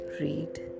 read